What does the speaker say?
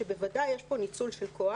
שבוודאי יש פה ניצול של כוח.